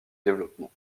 développement